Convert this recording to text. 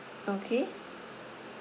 okay